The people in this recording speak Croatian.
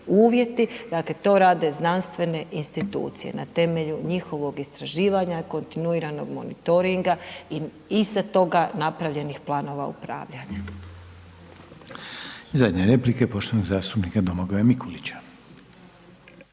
uvjeti, dakle, to rade znanstvene institucije na temelju njihovog istraživanja, kontinuiranog monitoringa i sa toga napravljenih planova upravljanja. **Reiner, Željko (HDZ)** Zadnja replika poštovanog zastupnika Domagoja Mikulića.